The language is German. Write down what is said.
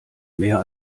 mehr